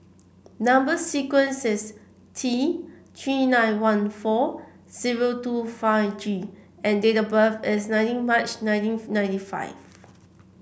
number sequence is T Three nine one four zero two five G and date of birth is nineteen March nineteen ninety five